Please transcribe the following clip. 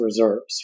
reserves